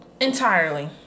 Entirely